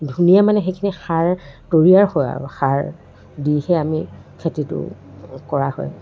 ধুনীয়া মানে সেইখিনি সাৰ তৈয়াৰ হোৱা আৰু সাৰ দিহে আমি খেতিটো কৰা হয়